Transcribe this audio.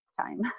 time